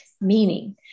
Meaning